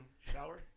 shower